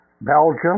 Belgium